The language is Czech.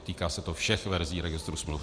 Týká se to všech verzí registru smluv.